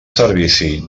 servici